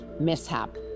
mishap